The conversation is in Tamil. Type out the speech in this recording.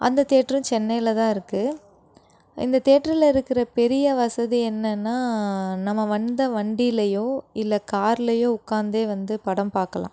அந்த தேட்டரும் சென்னையில் தான் இருக்கு இந்த தேட்டருல இருக்கிற பெரிய வசதி என்னென்னா நம்ம வந்த வண்டிலேயோ இல்லை கார்லேயோ உக்காந்தே வந்து படம் பார்க்கலாம்